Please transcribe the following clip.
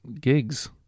gigs